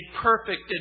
perfect